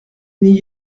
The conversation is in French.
n’y